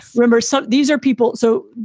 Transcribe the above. remember, so these are people. so,